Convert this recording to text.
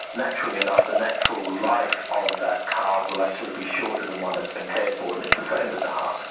naturally enough the natural life of that car will actually be shorter than one that has been cared for, and it's the same with the heart.